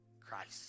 Christ